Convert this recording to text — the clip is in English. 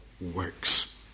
works